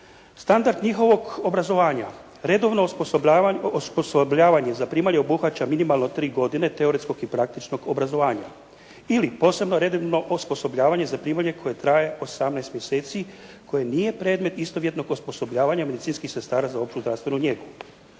Standard njihovog obrazovanja redovno osposobljavanje za primalju obuhvaća minimalno tri godine teoretskog i praktičnog obrazovanja ili posebno u redovima osposobljavanja za primalje koje traje 18 mjeseci, koje nije predmet istovjetnog osposobljavanja medicinskih sestara za opću zdravstvenu njegu.